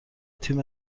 تیم